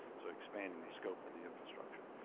so expanding the scope of the infrastructure.